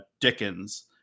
Dickens